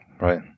right